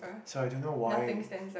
so I don't know why